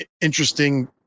interesting